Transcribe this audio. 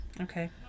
okay